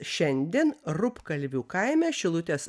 šiandien rupkalvių kaime šilutės